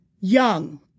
young